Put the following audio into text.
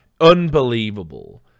Unbelievable